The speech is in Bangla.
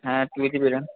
হ্যাঁ একটু